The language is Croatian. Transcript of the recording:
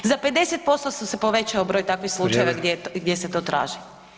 Za 50% se povećao broj takvih slučajeva [[Upadica: Vrijeme.]] gdje se to traži.